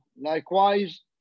Likewise